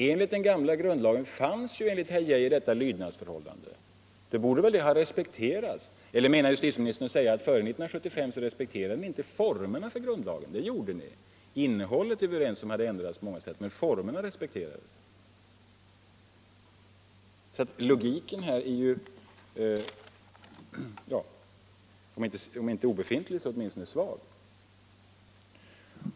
Enligt den gamla grundlagen fanns, säger herr Geijer, detta lydnadsförhållande. Det borde väl då ha respekterats? Eller menar justitieministern att före 1975 respekterades inte formerna för grundlagen? Innehållet hade, det är vi överens om, ändrats på många sätt, men formerna respekterades väl? Logiken är om inte obefintlig så åtminstone svag.